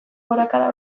gorakada